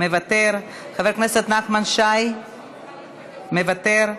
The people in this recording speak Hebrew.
מוותר, חבר הכנסת נחמן שי, מוותר.